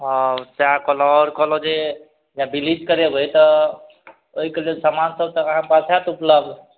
हँ सएह कहलहुँ आओर कहलहुँ जे जँ ब्लीच करेबै तऽ ओहिके लेल समान सब तऽ अहाँके पास हैत उपलब्ध